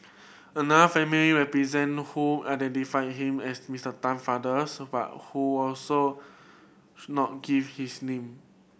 another family represent who identified him as Mister Tan father so but who also should not give his name